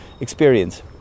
experience